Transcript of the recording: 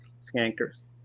skankers